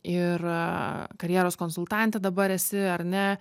ir karjeros konsultantė dabar esi ar ne